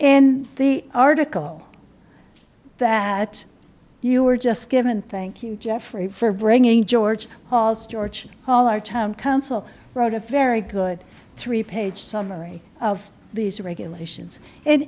in the article that you were just given thank you jeffrey for bringing george george all our time counsel wrote a very good three page summary of these regulations and